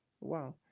Wow